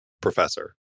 professor